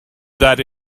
that